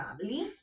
family